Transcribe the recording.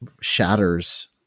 shatters